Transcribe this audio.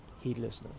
heedlessness